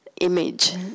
image